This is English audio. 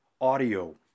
audio